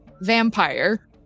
vampire